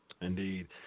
Indeed